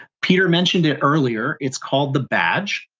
peter mentioned it earlier, it's called the badge.